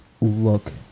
look